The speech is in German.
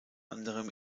anderem